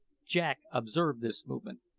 jack observed this movement.